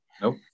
Nope